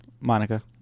Monica